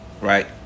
Right